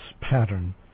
pattern